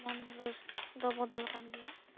ᱢᱚᱱ ᱞᱚᱥ ᱫᱚ ᱵᱚᱫᱚᱞ ᱠᱟᱱ ᱜᱮᱭᱟ ᱟᱨ